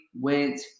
went